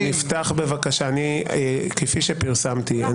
כפי שפרסמתי,